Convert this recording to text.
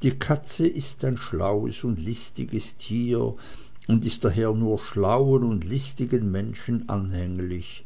die katze ist ein schlaues und listiges tier und ist daher nur schlauen und listigen menschen anhänglich